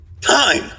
Time